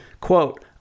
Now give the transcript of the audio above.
quote